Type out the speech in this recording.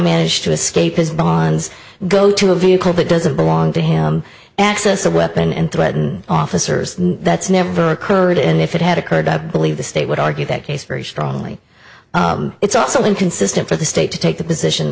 managed to escape his bonds go to a vehicle that doesn't belong to him access the weapon and threaten officers that's never occurred and if it had occurred i believe the state would argue that case very strongly it's also inconsistent for the state to take the position